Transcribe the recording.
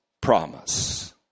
promise